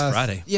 Friday